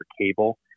cable